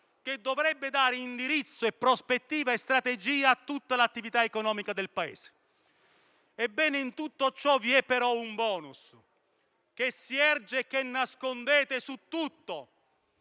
che dovrebbe dare indirizzo, prospettiva e strategia a tutta l'attività economica del Paese. Ebbene, in tutto ciò vi è però un *bonus* che nascondete e che si erge su tutto.